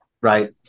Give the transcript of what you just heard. right